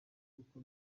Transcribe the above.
kuko